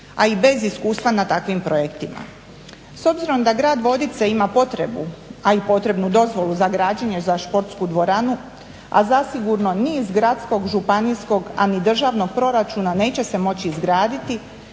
a i bez iskustva na takvim projektima. S obzirom da grad Vodice ima potrebu, a i potrebnu dozvolu za građenje za športsku dvoranu, a zasigurno ni iz gradskog, županijskog, a ni državnog proračuna neće se moći izgraditi